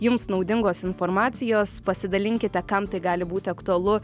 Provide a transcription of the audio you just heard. jums naudingos informacijos pasidalinkite kam tai gali būti aktualu